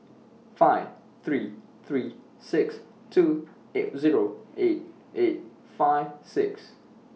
five three three six two eight Zero eight eight five six